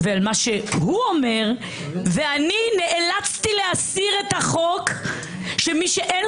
ובו אתה עושה לנו טובה מאוד גדולה כי בגלל החוק הזה אנחנו לא צריכים